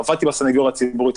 עבדתי בסנגוריה הציבורית,